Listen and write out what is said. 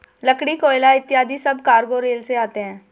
लकड़ी, कोयला इत्यादि सब कार्गो रेल से आते हैं